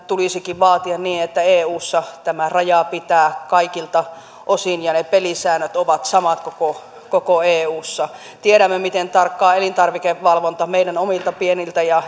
tulisikin vaatia että eussa tämä raja pitää kaikilta osin ja ne pelisäännöt ovat samat koko koko eussa tiedämme miten tarkkaa elintarvikevalvonta on kun se koskee meidän omia pieniä ja